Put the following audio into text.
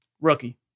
Rookie